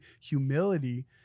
humility